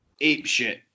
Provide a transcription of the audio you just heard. apeshit